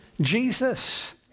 Jesus